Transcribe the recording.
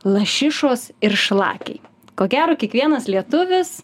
lašišos ir šlakiai ko gero kiekvienas lietuvis